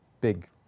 big